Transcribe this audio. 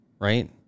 right